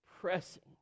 Pressing